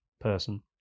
person